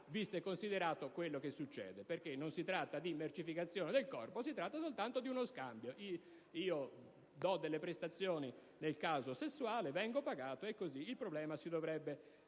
visto e considerato quello che succede. Infatti, non si tratta di mercificazione del corpo, ma soltanto di uno scambio: io do delle prestazioni, in questo caso sessuali, vengo pagato e il problema si dovrebbe